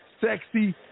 sexy